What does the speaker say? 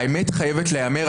האמת חייבת להיאמר,